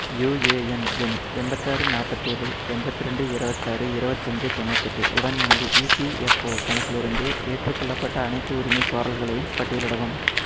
UAN எண் எண்பத்தாறு நாற்ப்பதி ஏழு எண்பத் ரெண்டு இருபத்தாறு இருபத்தஞ்சி தொண்ணூத்தெட்டு உடன் எனது இபிஎஃப்ஓ கணக்கிலிருந்து ஏற்றுக்கொள்ளப்பட்ட அனைத்து உரிமை கோரல்களையும் பட்டியலிடவும்